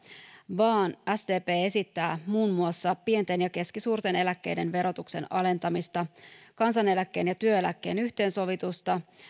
vaan sdp esittää muun muassa pienten ja keskisuurten eläkkeiden verotuksen alentamista kansaneläkkeen ja työeläkkeen yhteensovitusta